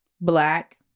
black